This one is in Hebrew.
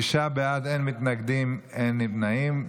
שישה בעד, אין מתנגדים, אין נמנעים.